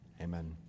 Amen